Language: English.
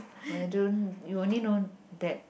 why don't you only know that